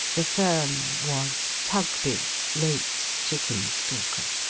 the firm was tugby, late chickenstalker.